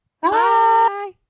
Bye